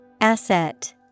Asset